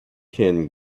ken